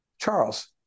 Charles